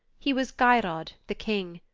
he was geirrod the king.